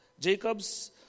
Jacob's